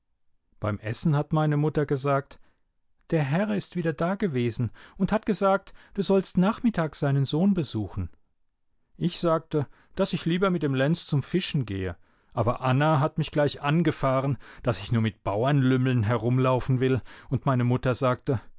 beim essen hat meine mutter gesagt der herr ist wieder dagewesen und hat gesagt du sollst nachmittag seinen sohn besuchen ich sagte daß ich lieber mit dem lenz zum fischen gehe aber anna hat mich gleich angefahren daß ich nur mit bauernlümmeln herum laufen will und meine mutter sagte